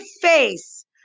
face